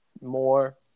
more